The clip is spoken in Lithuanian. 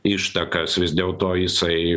ištakas vis dėl to jisai